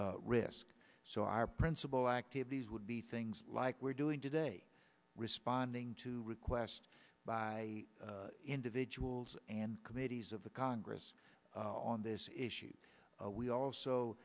that risk so our principal activities would be things like we're doing today responding to requests by individuals and committees of the congress on this issue we also